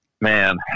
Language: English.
man